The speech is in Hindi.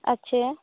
अच्छे हैं